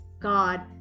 god